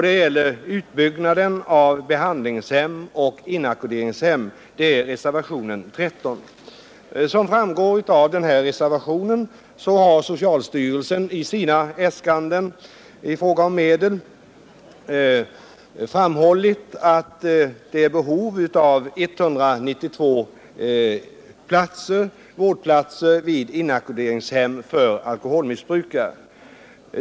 Det gäller utbyggnaden av behandlingshem och inackorderingshem. Som framgår av reservationen har socialstyrelsen i sina äskanden framhållit, att det föreligger behov av 192 vårdplatser vid inackorderingshem för alkoholmissbrukare.